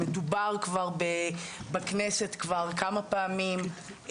מדובר כבר בכנסת כמה פעמים,